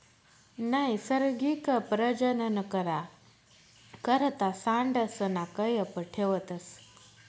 नैसर्गिक प्रजनन करा करता सांडसना कयप ठेवतस